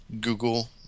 Google